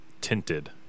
tinted